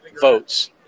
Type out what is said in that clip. votes